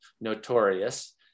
notorious